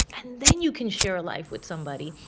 and then you can share a life with somebody,